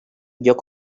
lloc